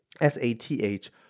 S-A-T-H